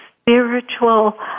spiritual